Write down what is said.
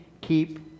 keep